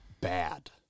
bad